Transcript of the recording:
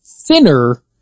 thinner